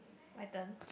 my turn